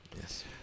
Yes